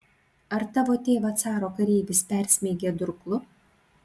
ar tavo tėvą caro kareivis persmeigė durklu